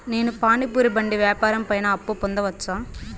నేను పానీ పూరి బండి వ్యాపారం పైన అప్పు పొందవచ్చా?